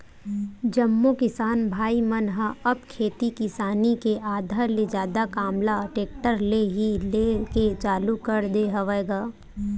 जम्मो किसान भाई मन ह अब खेती किसानी के आधा ले जादा काम ल टेक्टर ले ही लेय के चालू कर दे हवय गा